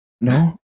No